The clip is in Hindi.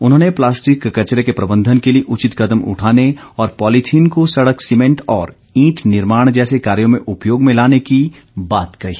उन्होंने प्लास्टिक कचरे के प्रबंधन के लिए उचित कदम उठाने और पॉलिथीन को सड़क सीमेंट और ईंट निर्माण जैसे कार्यो में उपयोग में लाने की बात कही